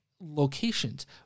locations